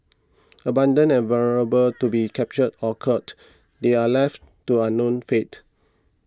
abandoned and vulnerable to being captured or culled they are left to unknown fate